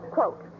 Quote